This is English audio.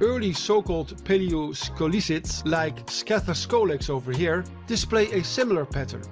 early so-called palaeoscolecids like scathascolex over here, display a similar pattern